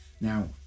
now